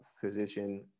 physician